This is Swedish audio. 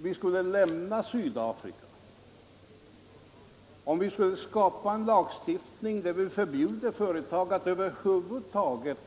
Men om vi skulle skapa en lagstiftning som förbjuder företag att över huvud taget